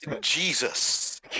Jesus